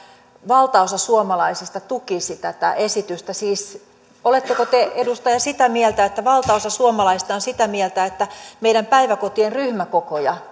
valtaosa suomalaisista tukisi tätä esitystä siis oletteko te edustaja sitä mieltä että valtaosa suomalaisista on sitä mieltä että meidän päiväkotiemme ryhmäkokoja